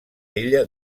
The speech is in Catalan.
ella